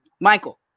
Michael